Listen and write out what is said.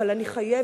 אבל אני חייבת,